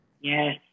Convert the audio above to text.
Yes